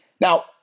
Now